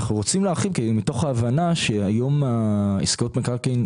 אנחנו רוצים להרחיק מתוך הבנה העסקאות המקרקעין,